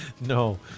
No